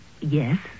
Yes